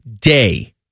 day